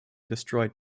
destroyed